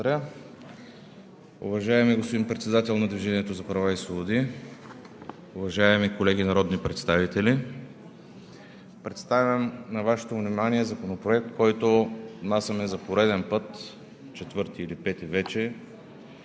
Благодаря. Уважаеми господин Председател на „Движението за права и свободи“, уважаеми колеги народни представители! Представям на Вашето внимание Законопроект, който внасяме за пореден път – вече четвърти или пети,